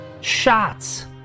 Shots